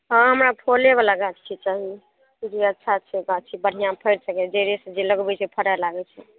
हाँ हमरा फलेवला गाछी चाही खूब अच्छा छै गाछी बढ़िआँ फरि सकय जे लगबय छै फड़ऽ लागय छै